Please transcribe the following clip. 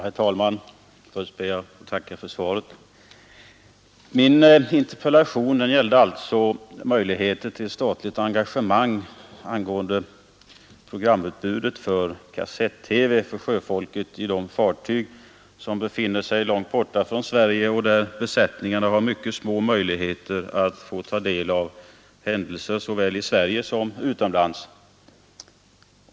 Herr talman! Först ber jag att få tacka för svaret. Min interpellation gällde alltså möjligheterna till statligt engagemang i fråga om programutbudet för kassett-TV för sjöfolket i de fartyg som befinner sig långt borta från Sverige och där besättningarna har mycket små möjligheter att ta del av händelser såväl i Sverige som utomlands.